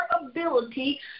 ability